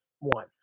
one